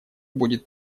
будет